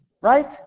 right